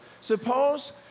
suppose